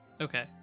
okay